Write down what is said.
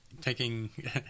taking